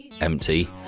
empty